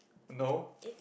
no